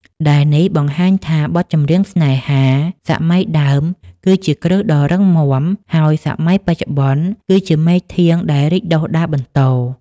ដែលនេះបង្ហាញថា បទចម្រៀង ស្នេហា សម័យដើមគឺជាគ្រឹះដ៏រឹងមាំ ហើយសម័យបច្ចុប្បន្នគឺជាមែកធាងដែលរីកដុះដាលបន្ត។